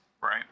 right